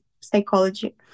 psychology